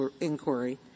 inquiry